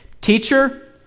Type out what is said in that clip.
teacher